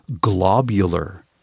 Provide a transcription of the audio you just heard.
Globular